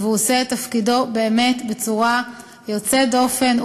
העושה את תפקידו בצורה יוצאת דופן.